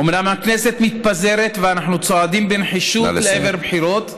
אומנם הכנסת מתפזרת ואנחנו צועדים בנחישות לעבר בחירות,